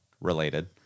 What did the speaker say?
related